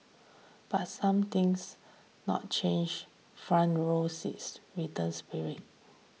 but some things not change front rows return spirit